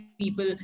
people